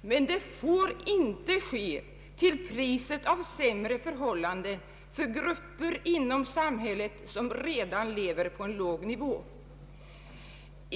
Men det får inte ske till priset av sämre förhållanden för grupper inom samhället som redan lever på låg nivå.